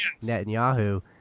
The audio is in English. netanyahu